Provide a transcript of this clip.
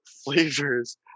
flavors